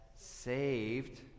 saved